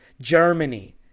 Germany